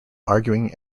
arguing